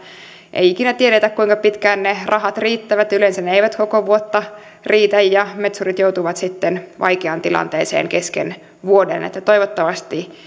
ei ikinä tiedetä kuinka pitkään ne rahat riittävät yleensä ne eivät koko vuotta riitä ja metsurit joutuvat sitten vaikeaan tilanteeseen kesken vuoden toivottavasti